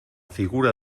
figura